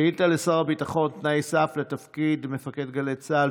שאילתה לשר הביטחון: תנאי סף לתפקיד מפקד גלי צה"ל,